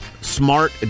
Smart